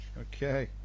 Okay